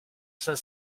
cinq